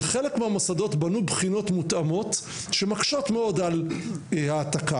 וחלק מהמוסדות בנו בחינות מותאמות שמקשות מאוד על העתקה.